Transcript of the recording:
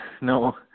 no